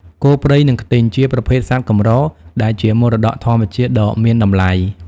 គោព្រៃ និងខ្ទីង ជាប្រភេទសត្វកម្រដែលជាមរតកធម្មជាតិដ៏មានតម្លៃ។